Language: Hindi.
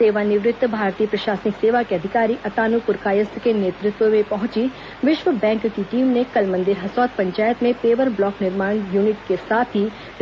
सेवानिवृत्त भारतीय प्रशासनिक सेवा के अधिकारी अतान् पुरकायस्थ के नेतृत्व में पहुंची विश्व बैंक की टीम ने कल मंदिर हसौद पंचायत में पेवर ब्लॉक निर्माण यूनिट और